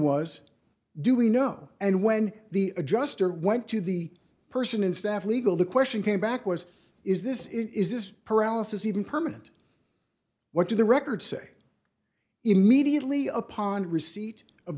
was do we know and when the adjuster went to the person instead legal the question came back was is this in is this paralysis even permanent what do the records say immediately upon receipt of